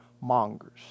mongers